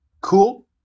Cool